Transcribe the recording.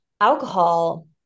alcohol